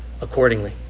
accordingly